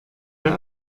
der